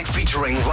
Featuring